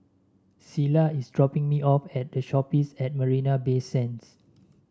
Selah is dropping me off at The Shoppes at Marina Bay Sands